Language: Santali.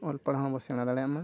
ᱚᱞ ᱯᱟᱲᱦᱟ ᱦᱚᱸ ᱵᱚ ᱥᱮᱬᱟᱢ ᱫᱟᱲᱮᱭᱟᱜ ᱢᱟ